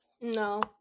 No